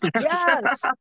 Yes